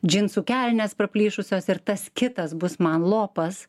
džinsų kelnes praplyšusios ir tas kitas bus man lopas